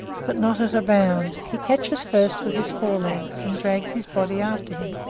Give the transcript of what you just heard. but not at a bound. he catches first with his forelegs, and drags his body after him.